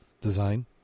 design